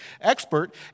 expert